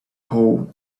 hole